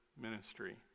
ministry